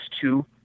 two